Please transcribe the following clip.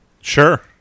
Sure